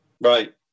Right